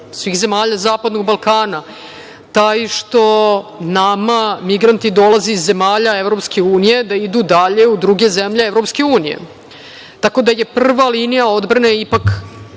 svih zemalja Zapadnog Balkana, taj što nama migranti dolaze iz zemalja EU, da idu dalje u druge zemlje EU. Tako da je prva linija odbrane ipak